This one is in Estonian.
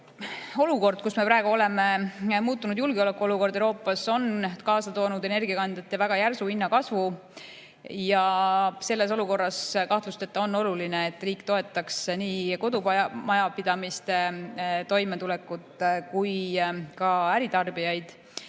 Olukord, kus me praegu oleme, muutunud julgeolekuolukord Euroopas on kaasa toonud energiakandjate hinna väga järsu kasvu. Selles olukorras kahtlusteta on oluline, et riik toetaks nii kodumajapidamiste toimetulekut kui ka äritarbijaid,